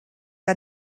que